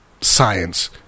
science